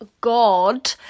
god